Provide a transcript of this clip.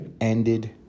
ended